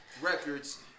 Records